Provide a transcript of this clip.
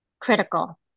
critical